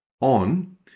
On